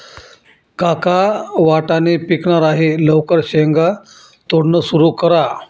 काका वाटाणे पिकणार आहे लवकर शेंगा तोडणं सुरू करा